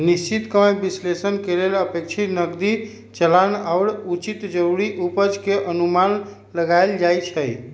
निश्चित कमाइ विश्लेषण के लेल अपेक्षित नकदी चलन आऽ उचित जरूरी उपज के अनुमान लगाएल जाइ छइ